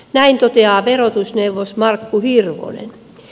näin toteaa verotusneuvos markku hirvonen